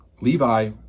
Levi